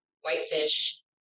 Whitefish